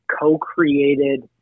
co-created